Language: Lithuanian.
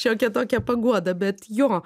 šiokia tokia paguoda bet jo